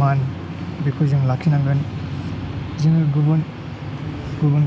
मान बेखौ जों लाखिनांगोन जोङो गुबुन गुबुन